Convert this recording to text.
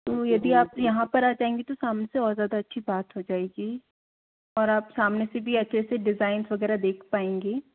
तो यदि आप यहाँ पर आ जाएंगी तो सामने से और ज़्यादा अच्छी बात हो जाएगी और आप सामने से भी ऐसे ऐसे डिज़ाइन्स वग़ैरह देख पाएंगी